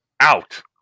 Out